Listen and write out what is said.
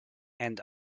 and